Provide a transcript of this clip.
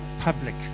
public